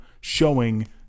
showing